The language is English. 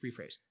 rephrase